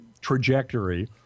trajectory